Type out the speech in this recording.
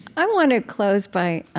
i want to close by